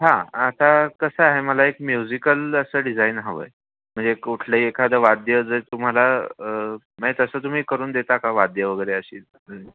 हा आता कसं आहे मला एक म्युझिकल असं डिझाईन हवं आहे म्हणजे कुठलही एखादं वाद्य जर तुम्हाला म्हणजे तसं तुम्ही करून देता का वाद्य वगैरे अशी